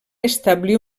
establir